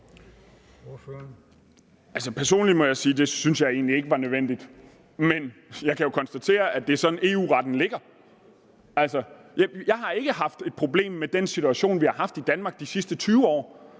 Personligt må jeg sige, at jeg ikke synes, det var nødvendigt, men jeg kan jo konstatere, at det er sådan, EU-retten ligger. Jeg har ikke haft et problem med den situation, vi har haft i Danmark de sidste 20 år.